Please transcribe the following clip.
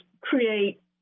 create